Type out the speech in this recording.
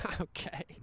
Okay